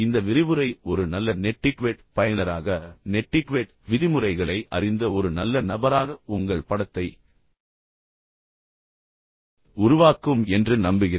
இந்த விரிவுரை ஒரு நல்ல நெட்டிக்வெட் பயனராக நெட்டிக்வெட் விதிமுறைகளை அறிந்த ஒரு நல்ல நபராக உங்கள் படத்தை உருவாக்கும் என்று நம்புகிறேன்